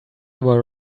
were